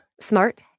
smart